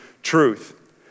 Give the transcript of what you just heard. truth